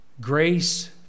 grace